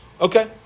Okay